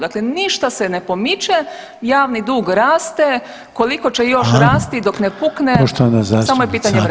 Dakle, ništa se ne pomiče, javni dug raste, koliko će još rasti [[Upadica: Hvala.]] dok ne pukne samo je pitanje vremena.